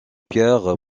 pierre